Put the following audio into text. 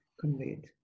conveyed